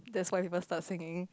that's why people start singing